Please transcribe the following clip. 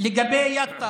לגבי יטא